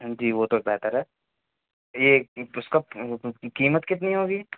جی وہ تو بہتر ہے یہ اس کا قیمت کتنی ہوگی